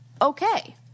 okay